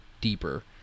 deeper